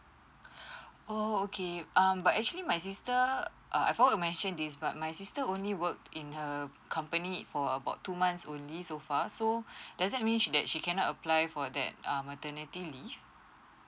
oh okay um but actually my sister err I forgot to mention this but my sister only work in her company for about two months only so far so does that means that she cannot apply for that um maternity leave